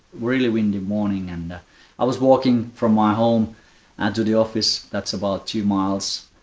really windy morning and i was walking from my home and to the office. that's about two miles.